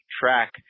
track